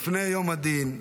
לפני יום הדין,